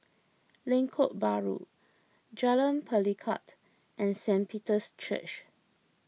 Lengkok Bahru Jalan Pelikat and Saint Peter's Church